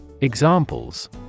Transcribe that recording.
Examples